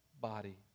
body